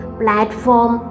platform